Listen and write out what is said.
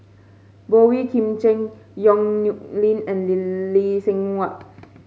Boey Kim Cheng Yong Nyuk Lin and Lee Seng Huat